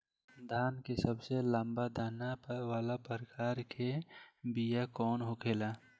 धान के सबसे लंबा दाना वाला प्रकार के बीया कौन होखेला?